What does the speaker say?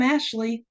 Ashley